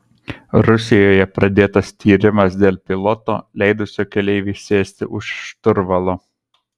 rusijoje pradėtas tyrimas dėl piloto leidusio keleivei sėsti už šturvalo